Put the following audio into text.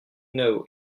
know